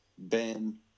Ben